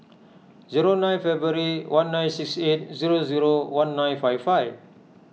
zero nine February one nine six eight zero zero one nine five five